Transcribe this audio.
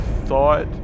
thought